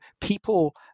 people